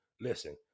listen